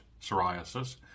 psoriasis